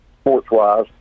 sports-wise